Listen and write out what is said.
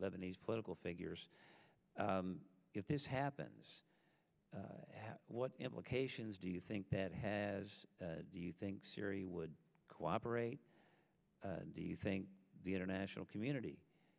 lebanese political figures if this happens what implications do you think that has do you think siri would cooperate do you think the international community